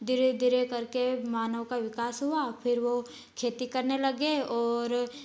धीरे धीरे करके मानव का विकास हुआ फिर वो खेती करने लगे और